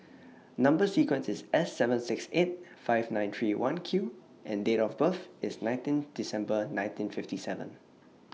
Number sequence IS S seven six eight five nine three one Q and Date of birth IS nineteen December nineteen fifty seven